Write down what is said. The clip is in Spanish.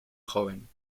joven